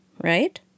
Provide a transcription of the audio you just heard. right